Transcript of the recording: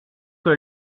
que